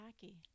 tacky